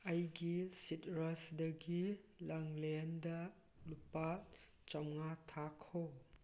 ꯑꯩꯒꯤ ꯁꯤꯠꯔꯁꯗꯒꯤ ꯂꯥꯡꯂꯦꯟꯗ ꯂꯨꯄꯥ ꯆꯃꯉꯥ ꯊꯥꯈꯣ